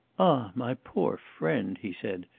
ah, my poor friend! he said,